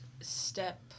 step